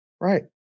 Right